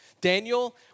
Daniel